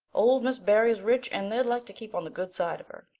old miss barry is rich and they'd like to keep on the good side of her.